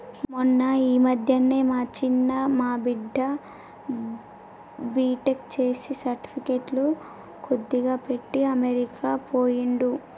మొన్న ఈ మధ్యనే మా చిన్న మా బిడ్డ బీటెక్ చేసి సర్టిఫికెట్లు కొద్దిగా పెట్టి అమెరికా పోయిండు